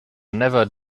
never